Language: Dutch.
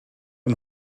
een